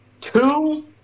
two